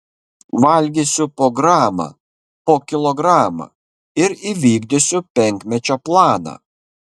valgysiu po gramą po kilogramą ir įvykdysiu penkmečio planą